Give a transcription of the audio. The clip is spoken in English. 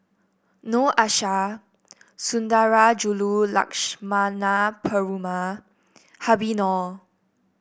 Noor Aishah Sundarajulu Lakshmana Perumal Habib Noh